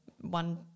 one